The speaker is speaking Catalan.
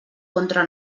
contra